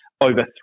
over